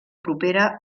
propera